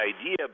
idea